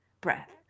breath